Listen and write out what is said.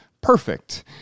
perfect